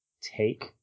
take